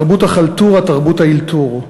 תרבות החלטורה, תרבות האלתור.